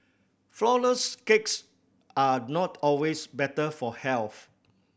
flourless cakes are not always better for health